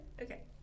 Okay